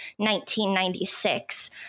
1996